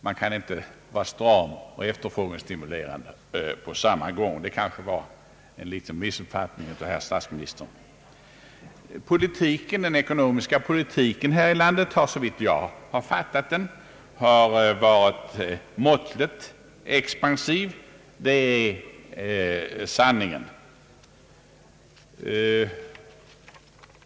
Man kan inte vara stram och efterfrågestimulerande på samma gång. Det kanske var en liten missuppfattning av herr statsministern. Den ekonomiska politiken här i landet har såsom jag fattat den varit måttfullt expansiv — det är sanningen.